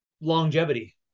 longevity